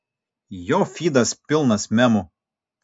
jo fydas pilnas memų